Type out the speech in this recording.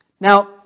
Now